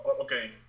Okay